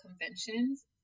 conventions